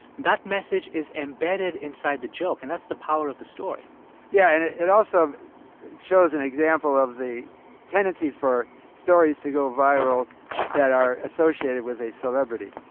that message is embedded inside the joke, and that's the power of the story yeah. and it it also shows an example of the tendency for stories to go viral that are associated with a celebrity.